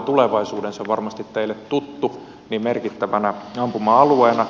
se on varmasti teille tuttu niin merkittävänä ampuma alueena